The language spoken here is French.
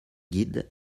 guide